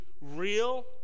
real